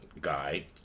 guy